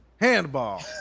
Handball